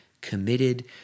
Committed